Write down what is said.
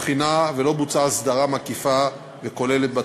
בחינה ולא בוצעה הסדרה מקיפה וכוללת בתחום.